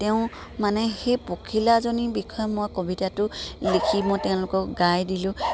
তেওঁ মানে সেই পখিলাজনীৰ বিষয়ে মই কবিতাটো লিখি মই তেওঁলোকক গাই দিলোঁ